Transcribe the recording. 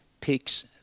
picks